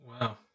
Wow